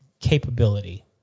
capability